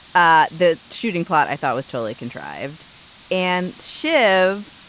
ah the shooting plot i thought was totally contrived and shiv.